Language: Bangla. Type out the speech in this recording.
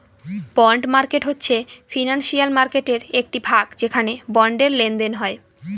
বন্ড মার্কেট হচ্ছে ফিনান্সিয়াল মার্কেটের একটি ভাগ যেখানে বন্ডের লেনদেন হয়